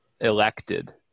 elected